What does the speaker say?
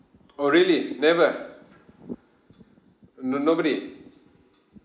oh really never no nobody